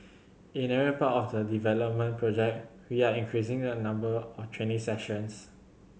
in every part of the development project we are increasing the number of training sessions